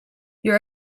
your